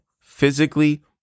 physically